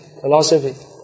philosophy